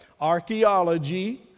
Archaeology